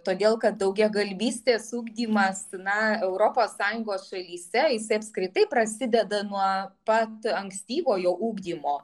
todėl kad daugiakalbystės ugdymas na europos sąjungos šalyse jisai apskritai prasideda nuo pat ankstyvojo ugdymo